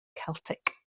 celtic